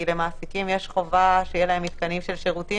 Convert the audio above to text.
כי למעסיקים יש חובה שיהיה להם מתקנים של שירותים